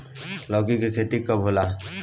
लौका के खेती कब होला?